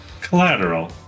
collateral